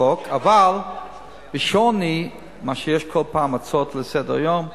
אבל בשוני ממה שיש כל פעם, הצעות לסדר-היום,